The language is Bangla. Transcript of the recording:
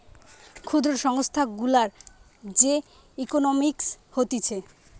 ক্ষুদ্র সংস্থা গুলার যে ইকোনোমিক্স হতিছে